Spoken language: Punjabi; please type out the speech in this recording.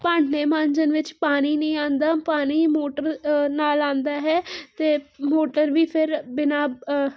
ਭਾਂਡੇ ਮਾਂਜਣ ਵਿੱਚ ਪਾਣੀ ਨਹੀਂ ਆਉਂਦਾ ਪਾਣੀ ਮੋਟਰ ਨਾਲ ਆਉਂਦਾ ਹੈ ਅਤੇ ਮੋਟਰ ਵੀ ਫਿਰ ਬਿਨਾਂ